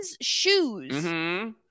shoes